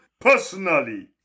personally